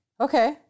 Okay